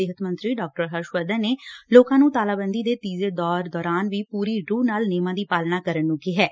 ਸਿਹਤ ਮੰਤਰੀ ਡਾ ਹਰਸ਼ ਵਰਧਨ ਨੇ ਲੋਕਾਂ ਨੂੰ ਤਾਲਾਬੰਦੀ ਦੇ ਤੀਜੇ ਦੌਰ ਦੌਰਾਨ ਵੀ ਪੁਰੀ ਰੁਹ ਨਾਲ ਨੇਮਾਂ ਦੀ ਪਾਲਣਾ ਕਰਨ ਨੰ ਕਿਹੈ